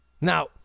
Now